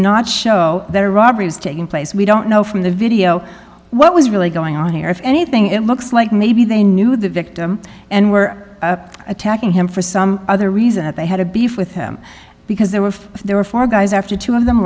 not show there robbery is taking place we don't know from the video what was really going on here if anything it looks like maybe they knew the victim and were attacking him for some other reason that they had a beef with him because they were there were four guys after two of them